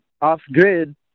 off-grid